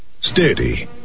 Steady